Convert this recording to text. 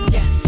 Yes